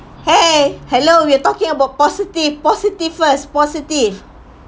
!hey! hello we're talking about positive positive first positive